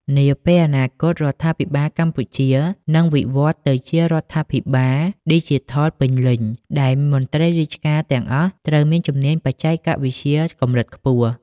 នាពេលអនាគត រដ្ឋាភិបាលកម្ពុជានឹងវិវត្តទៅជារដ្ឋាភិបាលឌីជីថលពេញលេញ ដែលមន្ត្រីរាជការទាំងអស់ត្រូវមានជំនាញបច្ចេកវិទ្យាកម្រិតខ្ពស់។